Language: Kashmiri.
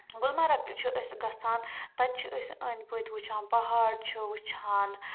گُلمرگ چھِ أسۍ گژھان تَتہِ چھِ أسۍ أنٛدۍ پٔتۍ وٕچھان پہاڑ چھِ وٕچھان